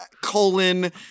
colon